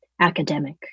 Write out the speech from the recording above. academic